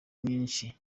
nyinshi